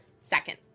second